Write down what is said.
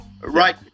Right